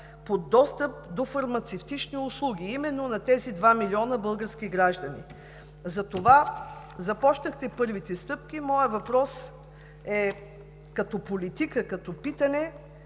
по достъп до фармацевтични услуги именно на тези 2 млн. български граждани. Започнахте първите стъпки, моят въпрос е като политика, като питане: